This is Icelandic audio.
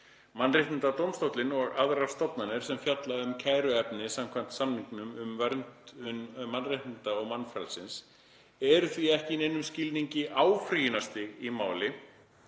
Mannréttindadómstóllinn og aðrar stofnanir, sem fjalla um kæruefni samkvæmt samningnum um verndun mannréttinda og mannfrelsis, eru því ekki í neinum skilningi áfrýjunarstig í máli